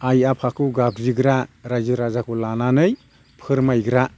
आइ आफाखौ गाबज्रिग्रा रायजो राजाखौ लानानै फोरमायग्रा